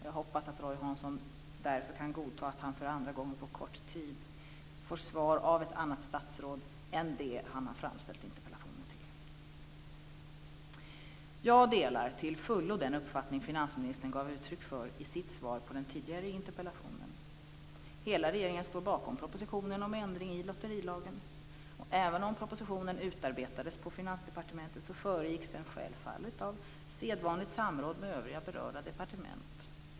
Jag hoppas att Roy Hansson därför kan godta att han för andra gången på kort tid får svar av ett annat statsråd än det som han har framställt interpellationen till. Jag delar till fullo den uppfattning finansministern gav uttryck för i sitt svar på den tidigare interpellationen. Hela regeringen står bakom propositionen om ändring i lotterilagen. Även om propositionen utarbetades på Finansdepartementet föregicks den självfallet av sedvanligt samråd med övriga berörda departement.